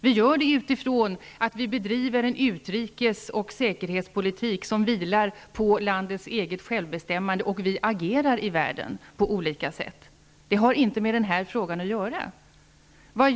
Vi gör det utifrån en utrikes och säkerhetspolitik som vilar på landets eget självbestämmande, och vi agerar i världen på olika sätt. Detta har inte att göra med den fråga jag tar upp i min interpellation.